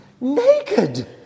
naked